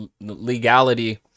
Legality